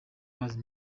mazi